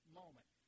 moment